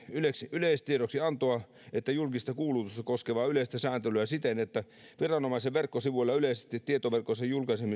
yleistiedoksiantoa että julkista kuulutusta koskevaa yleistä sääntelyä siten että viranomaisen verkkosivuilla yleisessä tietoverkossa